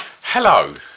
Hello